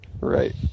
right